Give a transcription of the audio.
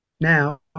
Now